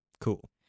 Cool